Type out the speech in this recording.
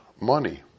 money